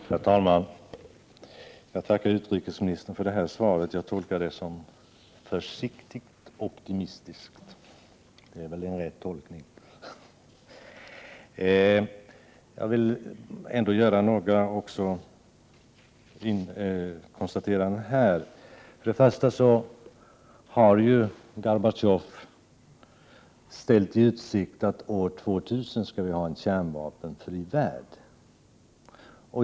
Herr talman! Jag tackar utrikesministern för svaret. Jag tolkar det som försiktigt optimistiskt. Det är väl en riktig tolkning? Jag vill ändå göra några konstateranden. Gorbatjov har ju ställt i utsikt att vi år 2000 skall ha en kärnvapenfri värld.